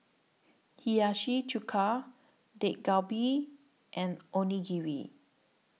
Hiyashi Chuka Dak Galbi and Onigiri